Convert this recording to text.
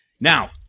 Now